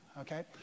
okay